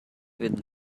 with